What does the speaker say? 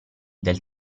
del